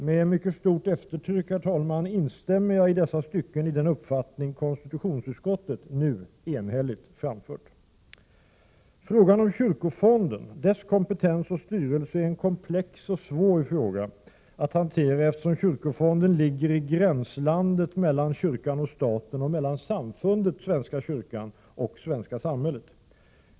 Med mycket stort eftertryck, herr talman, instämmer jag i dessa stycken i den uppfattning konstitutionsutskottet nu enhälligt framfört. Frågan om kyrkofonden, dess kompetens och styrelse är en komplex och svår fråga att hantera, eftersom kyrkofonden ligger i gränslandet mellan kyrkan och staten, mellan samfundet svenska kyrkan och det svenska samhället.